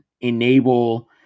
enable